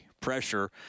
pressure